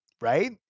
right